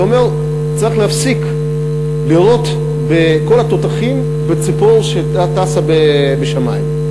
זה אומר שצריך להפסיק לירות בכל התותחים בציפור שטסה בשמים.